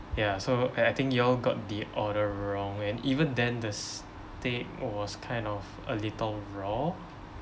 ya so I I think you all got the order wrong and even then the steak was kind of a little raw